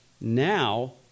now